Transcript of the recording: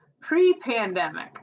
Pre-pandemic